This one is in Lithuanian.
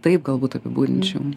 taip galbūt apibūdinčiau